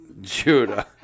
Judah